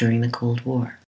during the cold war